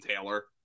Taylor